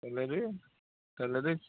ହେଲେବି ହେଲେବି